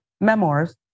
memoirs